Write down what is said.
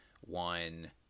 one